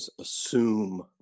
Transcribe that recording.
assume